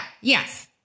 yes